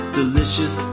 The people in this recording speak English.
delicious